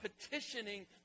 petitioning